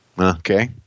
Okay